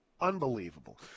Unbelievable